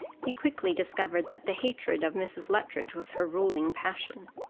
he quickly discovered that the hatred of mrs. luttridge was her ruling passion.